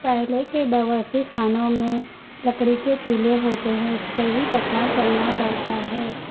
پہلے کے باورچی خانوں میں لکڑی کے چولہے ہوتے ہیں اس پہ ہی پکوان کرنا پڑتا ہے